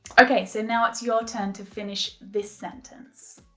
okay so now it's your turn to finish this sentence.